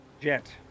Jet